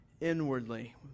inwardly